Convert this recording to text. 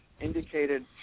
indicated